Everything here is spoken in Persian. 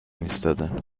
ایستادن